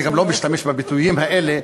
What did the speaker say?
אני גם לא משתמש בביטויים האלה.